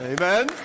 Amen